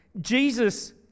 Jesus